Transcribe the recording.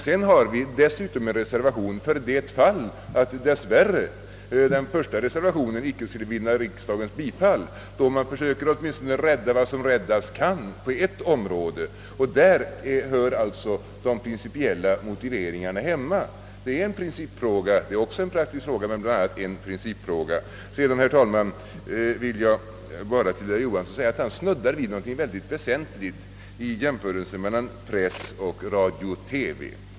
Den andra reservationen tar sikte på det fall att den första reservationen dess värre inte skulle vinna riksdagens bifall. Då försöker vi åtminstone rädda vad som räddas kan på ett område, och där hör alltså de principiella motiveringarna hemma. Det är en praktisk fråga men även en principfråga. Herr Johansson i Trollhättan snuddade vid något mycket väsentligt i sin jämförelse mellan press och radio-TV.